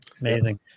Amazing